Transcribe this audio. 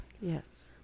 Yes